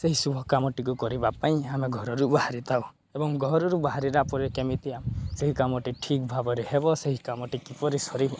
ସେହି ଶୁଭ କାମଟିକୁ କରିବା ପାଇଁ ଆମେ ଘରରୁ ବାହାରିଥାଉ ଏବଂ ଘରରୁ ବାହାରିଲା ପରେ କେମିତି ସେହି କାମଟି ଠିକ୍ ଭାବରେ ହେବ ସେହି କାମଟି କିପରି ସରିିବ